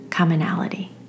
commonality